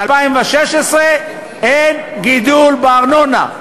ב-2016 אין גידול בארנונה,